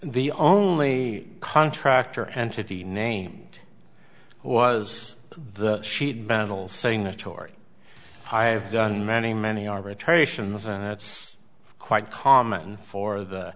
the only contractor entity name was the sheet battle saying that tory i have done many many arbitrations and it's quite common for the